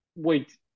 Wait